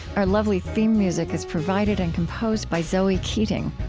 our lovely theme music is provided and composed by zoe keating.